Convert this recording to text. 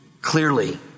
clearly